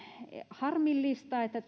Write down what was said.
harmillista että